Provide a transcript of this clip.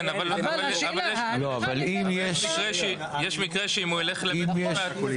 אבל השאלה --- יש מקרה שאם הוא ילך לבית משפט,